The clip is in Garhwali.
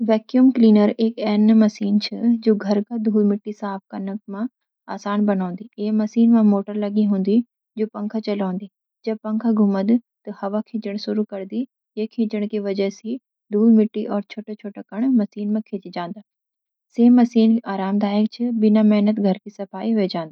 वैक्यूम क्लीनर एक ऐन मशीन छ, जु घर का धूल-मिट्टी साफ़ कन म आसान बनौंदी। ऐ मशीन म मोटर लागी हुन्दी, जु पंखा चालॉ दी। जब पंखा घूमद, त हवा खींचणी शुरू करदी। ये खिंचण की वजह स धूल-मिट्टी और छोटे-छोटे कण मशीन म खींचे जांद। सइंकी मशीन आरामदायक छ, बिन मैनत घर म साफ-सफाई हुइ जांदी।